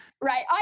right